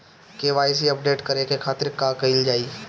KYC update करे के खातिर का कइल जाइ?